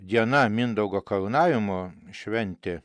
diena mindaugo karūnavimo šventė